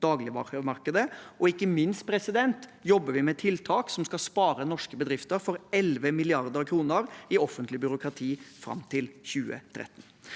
dagligvaremarkedet. Ikke minst jobber vi med tiltak som skal spare norske bedrifter for 11 mrd. kr i offentlig byråkrati fram til 2030.